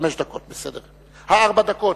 חמש דקות, בסדר, אה, ארבע דקות.